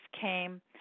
came